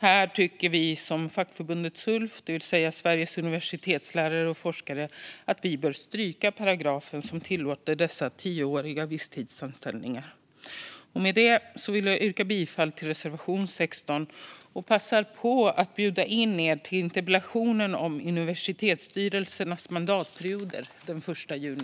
Här tycker vi liksom Fackförbundet Sulf, Sveriges universitetslärare och forskare, att paragrafen som tillåter dessa tioåriga visstidsanställningar bör strykas. Med det vill jag yrka bifall till reservation 16 och passa på att bjuda in er till interpellationsdebatten om universitetsstyrelsernas mandatperioder den 1 juni.